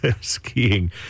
skiing